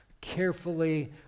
carefully